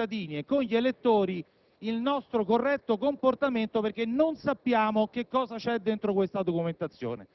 nel contempo invece non riusciamo a difendere, con i cittadini e con gli elettori, la correttezza del nostro comportamento, perché non sappiamo che cosa c'è dentro questa documentazione.